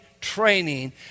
training